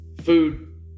Food